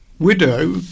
Widow